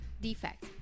defect